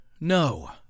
No